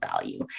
value